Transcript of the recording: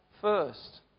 first